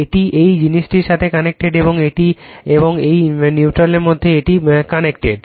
এটি এই জিনিসটির সাথে কানেক্টেড এবং এটি এবং এই নিউট্রাল এর মধ্যে এটি কানেক্টেড